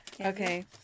Okay